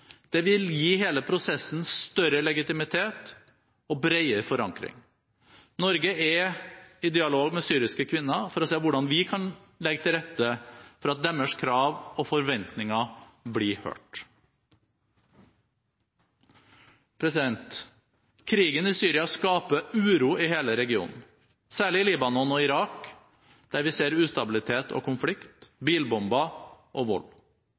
Det vil gi hele prosessen større legitimitet og bredere forankring. Norge er i dialog med syriske kvinner for å se hvordan vi kan legge til rette for at deres krav og forventninger blir hørt. Krigen i Syria skaper uro i hele regionen. Særlig i Libanon og Irak, der vi ser ustabilitet og konflikt, bilbomber og vold.